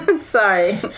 Sorry